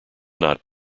not